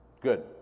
Good